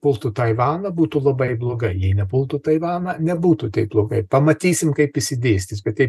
pultų taivaną būtų labai blogai jei nepultų taivaną nebūtų taip blogai pamatysim kaip išsidėstys bet jei